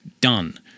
Done